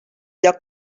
lloc